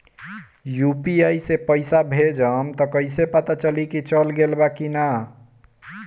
UPI से पइसा भेजम त कइसे पता चलि की चल गेल बा की न?